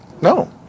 no